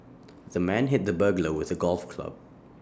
the man hit the burglar with A golf club